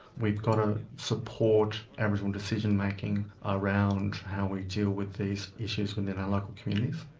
we've got to support aboriginal decision making around how we deal with these issues within our local communities.